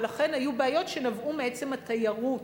ולכן היו בעיות שנבעו מעצם התיירות,